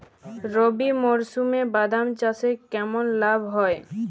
রবি মরশুমে বাদাম চাষে কেমন লাভ হয়?